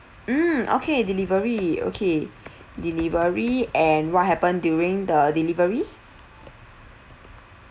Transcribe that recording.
mm okay delivery okay delivery and what happened during the delivery